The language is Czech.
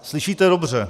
Slyšíte dobře.